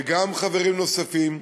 וגם חברים נוספים,